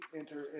enter